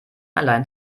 allein